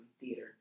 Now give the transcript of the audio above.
Theater